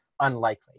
unlikely